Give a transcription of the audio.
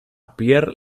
pierre